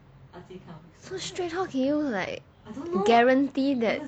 so strange how can you like guarantee that